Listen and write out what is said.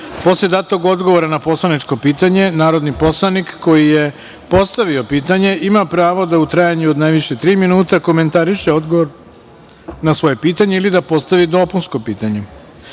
posle datog odgovora na poslaničko pitanje narodni poslanik koji je postavio pitanje ima pravo da u trajanju od najviše tri minuta komentariše odgovor na svoje pitanje ili da postavi dopunsko pitanje.